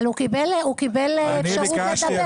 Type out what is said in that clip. אבל הוא קיבל אפשרות לדבר.